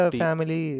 family